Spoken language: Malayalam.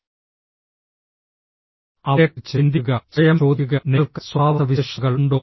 അവരെക്കുറിച്ച് ചിന്തിക്കുക സ്വയം ചോദിക്കുക നിങ്ങൾക്ക് സ്വഭാവസവിശേഷതകൾ ഉണ്ടോ